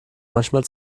manchmal